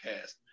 cast